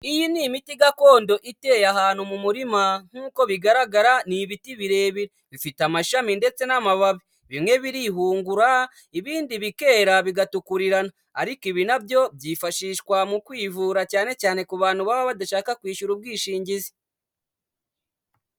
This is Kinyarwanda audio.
Iyi ni imiti gakondo iteye ahantu mu murima, nk'uko bigaragara ni ibiti birebire, bifite amashami ndetse n'amababi, bimwe birihungura ibindi bikera bigatukurirana, ariko ibi na byo byifashishwa mu kwivura cyane cyane ku bantu baba badashaka kwishyura ubwishingizi.